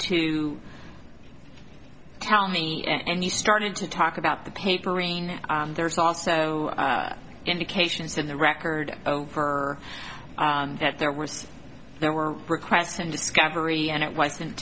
to tell me and you started to talk about the papering there's also indications in the record over that there were there were requests and discovery and it wasn't